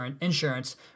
insurance